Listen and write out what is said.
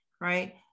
right